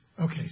Okay